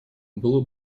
было